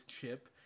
Chip